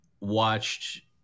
watched